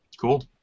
Cool